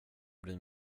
bryr